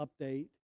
update